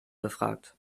befragt